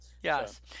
Yes